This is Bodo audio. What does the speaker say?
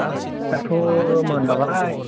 हाब दाथ' मोनाबाय